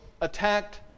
attacked